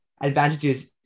advantages